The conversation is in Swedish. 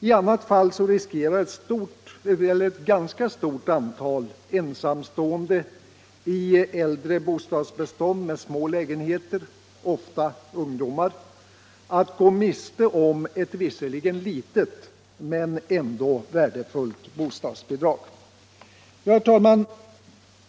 I annat fall riskerar ett ganska stort antal ensamstående i äldre bostadsbestånd med små lägenheter, oftast ungdomar, att gå miste om ett visserligen litet men ändå värdefullt bostadsbidrag. Herr talman!